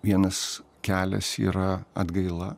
vienas kelias yra atgaila